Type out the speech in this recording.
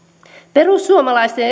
perussuomalaisten